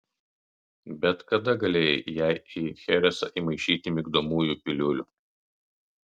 bet kada galėjai jai į cheresą įmaišyti migdomųjų piliulių